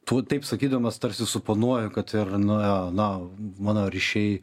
tu taip sakydamas tarsi suponuoji kad ir na na mano ryšiai